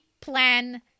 plan